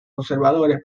observadores